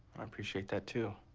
i appreciate that too.